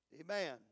Amen